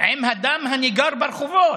עם הדם הניגר ברחובות,